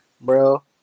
bro